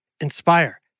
Inspire